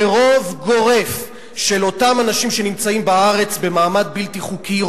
שרוב גורף של אותם אנשים שנמצאים בארץ במעמד בלתי חוקי,